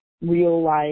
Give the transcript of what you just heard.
real-life